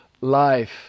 life